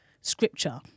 scripture